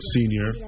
Senior